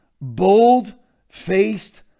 bold-faced